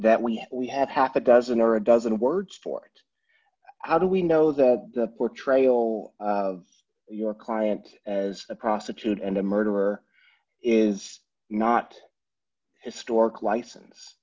that we know we have half a dozen or a dozen words for it how do we know that the portrayal of your client as a prostitute and a murderer is not